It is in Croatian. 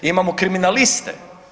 Imamo kriminaliste.